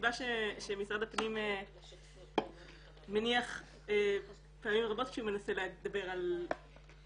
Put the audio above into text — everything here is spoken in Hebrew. הסיבה שמשרד הפנים מניח פעמים רבות כשהוא מנסה לדבר על מניעת